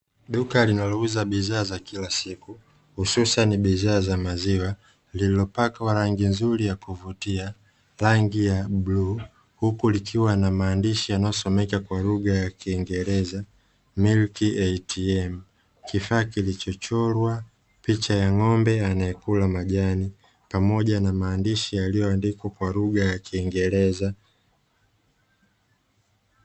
Duka linalouza bidhaa za kila siku hususan bidhaa za maziwa lililopakwa rangi nzuri ya kuvutia rangi ya bluu, huku likiwa na maandishi yanayosomeka kwa lugha ya kiingereza "Milk ATM" kifaa kilichochorwa picha ya ng'ombe anayekula majani pamoja na maandishi yaliyoandikwa kwa lugha ya kiingereza.